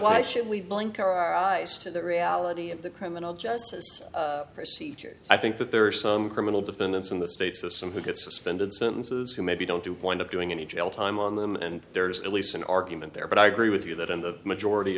why should we blink our eyes to the reality of the criminal justice procedures i think that there are some criminal defendants in the state system who get suspended sentences who maybe don't do point up doing any jail time on them and there's at least an argument there but i agree with you that in the majority